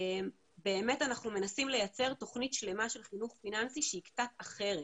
באמת אנחנו מנסים לייצר תוכנית שלמה של חינוך פיננסי שהיא קצת אחרת,